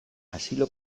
asilo